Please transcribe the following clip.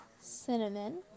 cinnamon